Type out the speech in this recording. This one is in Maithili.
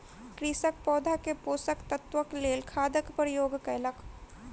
कृषक पौधा के पोषक तत्वक लेल खादक उपयोग कयलक